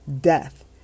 death